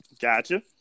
Gotcha